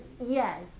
Yes